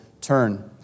turn